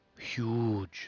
huge